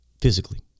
physically